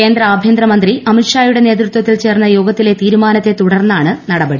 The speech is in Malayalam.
കേന്ദ്ര ആഭ്യന്തര മന്ത്രി അമിത് ഷായുടെ നേതൃത്വത്തിൽ ചേർന്ന യോഗത്തിലെ തീരുമാനത്തെ തുടർന്നാണ് നടപടി